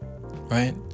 right